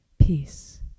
peace